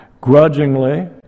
grudgingly